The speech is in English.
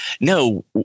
No